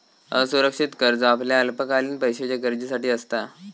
असुरक्षित कर्ज आपल्या अल्पकालीन पैशाच्या गरजेसाठी असता